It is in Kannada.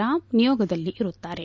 ರಾಮ್ ನಿಯೋಗದಲ್ಲಿ ಇರುತ್ತಾರೆ